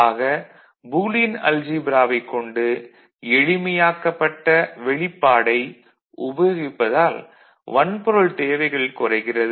ஆக பூலியன் அல்ஜீப்ராவைக் கொண்டு எளிமையாக்கப்பட்ட வெளிப்பாடை உபயோகிப்பதால் வன்பொருள் தேவைகள் குறைகிறது